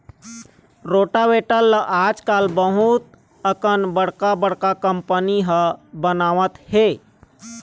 rotavator ल आजकाल बहुत अकन बड़का बड़का कंपनी ह बनावत हे